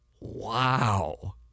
Wow